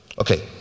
Okay